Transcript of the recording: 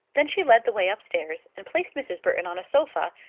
then she led the way upstairs, and placed mrs. burton on a sofa,